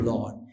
Lord